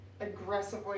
aggressively